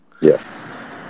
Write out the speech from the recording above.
Yes